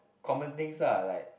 common things lah like